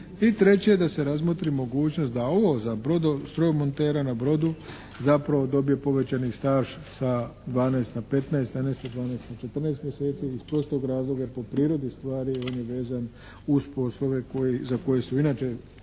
treće, da se razmotri mogućnost da ovo za strojomontera na brodu, zapravo dobije povećani staž sa 12 na 15 a ne sa 12 na 14 mjeseci iz prostog razloga jer po prirodi stvari on je vezan uz poslove za koji su inače